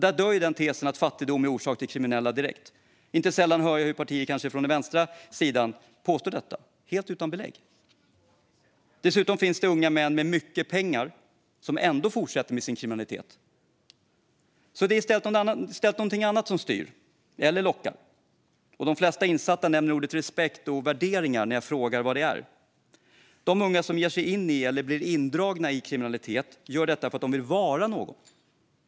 Där dör ju tesen att fattigdom är orsak till kriminalitet. Inte sällan hör jag hur partier på den vänstra falangen påstår sådant, helt utan belägg. Dessutom finns det unga män med mycket pengar som ändå fortsätter med sin kriminalitet. Det är alltså i stället något annat som styr eller lockar. De flesta insatta nämner respekt och värderingar när jag frågar vad det handlar om. De unga som ger sig in i eller blir indragna i kriminalitet gör detta för att de vill vara någon.